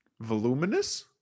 Voluminous